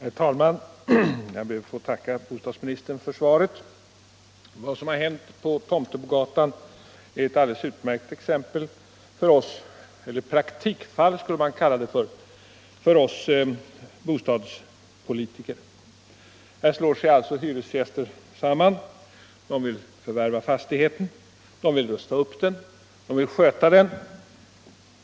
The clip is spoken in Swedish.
Herr talman! Jag ber att få tacka bostadsministern för svaret. Vad som har hänt på Tomtebogatan är ett alldeles utmärkt exempel —- eller ett praktikfall, skulle man kunna kalla det — för oss bostadspolitiker. Här slår sig alltså hyresgäster samman. De vill förvärva fastigheten, de vill rusta upp den och de vill sköta den.